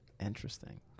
interesting